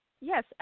yes